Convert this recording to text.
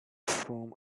from